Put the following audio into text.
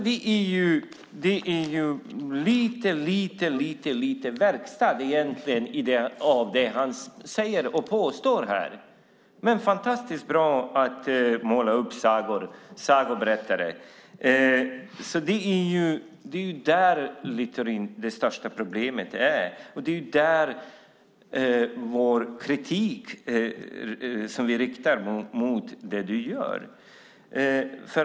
Det är egentligen mycket lite verkstad i det han påstår här, men han är en fantastiskt bra sagoberättare. Där är det största problemet, Littorin, och det är utifrån det den kritik kommer som vi riktar mot det du gör.